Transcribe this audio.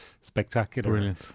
spectacular